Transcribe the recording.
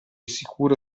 sicuro